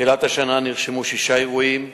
מתחילת השנה נרשמו שישה אירועים,